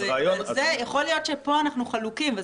יכול להיות שפה אנחנו חלוקים,